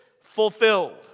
fulfilled